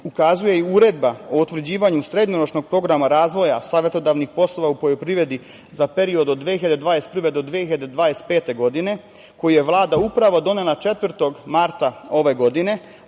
ukazuje i uredba o utvrđivanju srednjoročnog programa razvoja savetodavnih poslova u poljoprivredi za period od 2021. do 2025. godine, koji je Vlada upravo donela 4. marta ove godine,